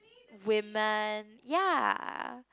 woman ya